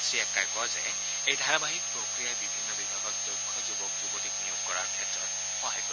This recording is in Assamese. শ্ৰীএক্কাই কয় যে এই ধাৰাবাহিক প্ৰক্ৰিয়াই বিভিন্ন বিভাগত দক্ষ যুৱক যুৱতীক নিয়োগ কৰাৰ ক্ষেত্ৰত সহায় কৰিব